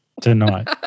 tonight